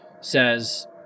says